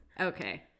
Okay